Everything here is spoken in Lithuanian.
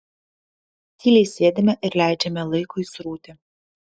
tyliai sėdime ir leidžiame laikui srūti